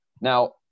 now